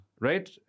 Right